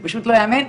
זה פשוט לא ייאמן.